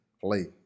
play